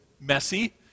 messy